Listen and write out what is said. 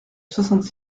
soixante